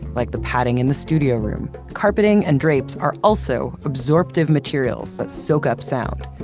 like the padding in the studio room. carpeting and drapes are also absorptive materials that soak up sound.